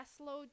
load